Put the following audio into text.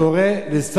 אני אומר לך,